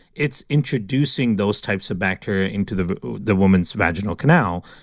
it's introducing those types of bacteria into the the woman's vaginal canal,